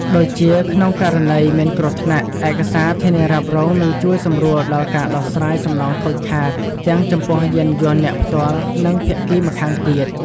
ដូចជា ក្នុងករណីមានគ្រោះថ្នាក់ ឯកសារធានារ៉ាប់រងនឹងជួយសម្រួលដល់ការដោះស្រាយសំណងខូចខាត ទាំងចំពោះយានយន្តអ្នកផ្ទាល់ និងភាគីម្ខាងទៀត។